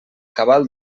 cabal